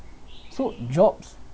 so jobs